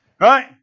right